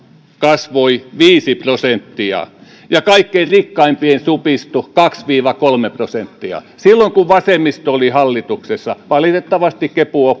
kasvoi viisi prosenttia ja kaikkein rikkaimpien supistui kaksi viiva kolme prosenttia silloin kun vasemmisto oli hallituksessa valitettavasti kepu